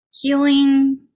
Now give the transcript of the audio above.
healing